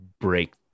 break